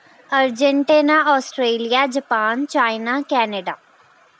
Argentina Australia Japan China Canada